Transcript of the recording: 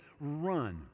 run